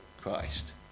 Christ